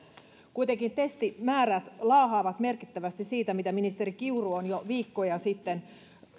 kuitenkin testimäärät laahaavat merkittävästi siitä mitä ministeri kiuru on jo viikkoja sitten